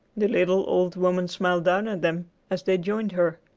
the little old woman smiled down at them as they joined her.